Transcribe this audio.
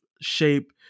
shape